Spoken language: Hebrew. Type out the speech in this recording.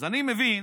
אז אני מבין